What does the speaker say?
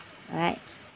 right